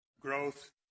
growth